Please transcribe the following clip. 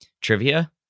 trivia